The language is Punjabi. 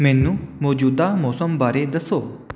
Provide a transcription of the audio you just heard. ਮੈਨੂੰ ਮੌਜੂਦਾ ਮੌਸਮ ਬਾਰੇ ਦੱਸੋ